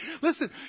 Listen